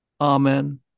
Amen